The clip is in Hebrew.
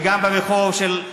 וגם ברחוב שבו אנשים,